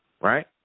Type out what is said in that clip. right